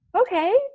okay